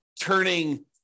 turning